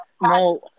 No